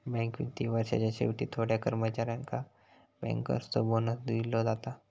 bank वित्तीय वर्षाच्या शेवटी थोड्या कर्मचाऱ्यांका बँकर्सचो बोनस दिलो जाता